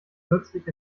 kürzlich